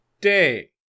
day